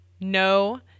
no